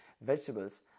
vegetables